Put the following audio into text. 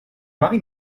mari